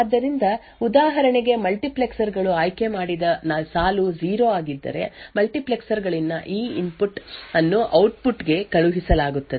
ಆದ್ದರಿಂದ ಉದಾಹರಣೆಗೆ ಮಲ್ಟಿಪ್ಲೆಕ್ಸರ್ ಗಳು ಆಯ್ಕೆಮಾಡಿದ ಸಾಲು 0 ಆಗಿದ್ದರೆ ಮಲ್ಟಿಪ್ಲೆಕ್ಸರ್ ಗಳಲ್ಲಿನ ಈ ಇನ್ಪುಟ್ ಅನ್ನು ಔಟ್ಪುಟ್ ಗೆ ಕಳುಹಿಸಲಾಗುತ್ತದೆ